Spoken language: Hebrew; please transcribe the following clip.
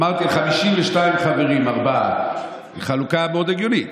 אמרתי: 52 חברים, ארבעה, חלוקה מאוד הגיונית.